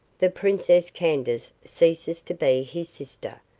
the princess candace ceases to be his sister,